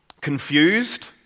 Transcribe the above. confused